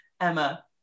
emma